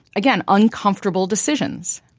again, uncomfortable decisions